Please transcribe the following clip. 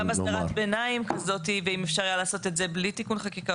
גם בהסדרת ביניים כזאתי ואם אפשר היה לעשות את זה בלי תיקון חקיקה,